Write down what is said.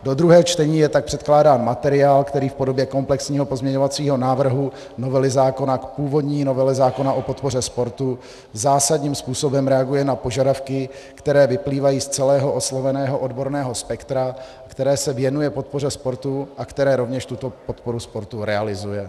Do druhého čtení je tak předkládán materiál, který v podobě komplexního pozměňovacího návrhu novely zákona v původní novele zákona o podpoře sportu zásadním způsobem reaguje na požadavky, které vyplývají z celého osloveného odborného spektra, které se věnuje podpoře sportu a které rovněž tuto podporu sportu realizuje.